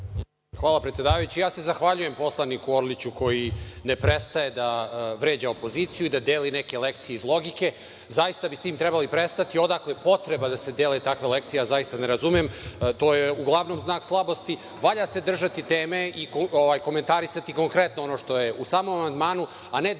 Hvala, predsedavajući. Ja se zahvaljujem poslaniku Orliću koji ne prestaje da vređa opoziciju i da deli neke lekcije iz logike. Zaista bi s tim trebali prestati. Odakle potreba da se dele takve lekcije,? Zaista ne razumem. To je uglavnom znak slabosti. Valja se držati teme i komentarisati konkretno ono što je u samom amandmanu, a ne deliti